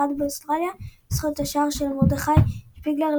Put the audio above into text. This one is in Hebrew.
באוסטרליה בזכות שער של מרדכי שפיגלר,